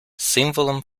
символом